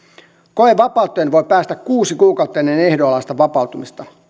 koevapauteen voi päästä kuusi kuukautta ennen ehdonalaista vapauttamista